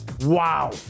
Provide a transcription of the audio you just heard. Wow